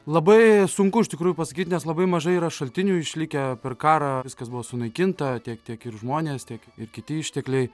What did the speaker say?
labai sunku iš tikrųjų pasakyt nes labai mažai yra šaltinių išlikę per karą viskas buvo sunaikinta tiek tiek ir žmonės tiek ir kiti ištekliai